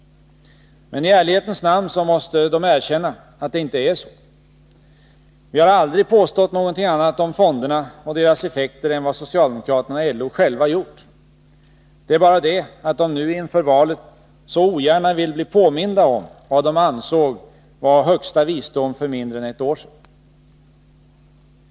Men i ärlighetens namn måste de erkänna att det inte är så. Vi har aldrig påstått någonting annat om fonderna och deras effekter än vad socialdemokraterna och LO själva gjort. Det är bara det att de nu inför valet så ogärna vill bli påminda om vad de ansåg var högsta visdom för mindre än ett år sedan.